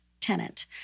tenant